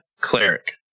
cleric